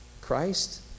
Christ